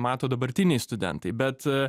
mato dabartiniai studentai bet